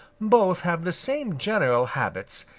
both have the same general habits,